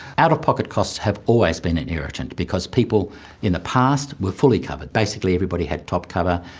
out-of-pocket costs have always been an irritant because people in the past were fully covered. basically everybody had top cover.